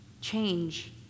Change